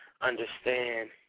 understand